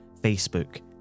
Facebook